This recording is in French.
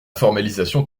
formalisation